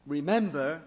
Remember